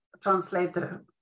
translator